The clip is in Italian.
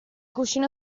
cuscino